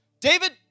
David